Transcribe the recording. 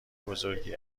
بزرگی